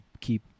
keep